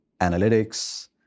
analytics